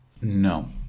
no